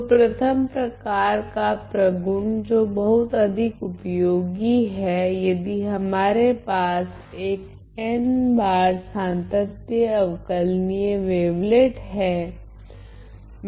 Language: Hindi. तो प्रथम प्रकार का प्रगुण जो बहुत अधिक उपयोगी है यदि हमारे पास एक n बार सांतत्य अवकलनीय वेवलेट हैं